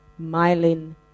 myelin